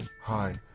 hi